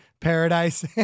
Paradise